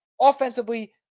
offensively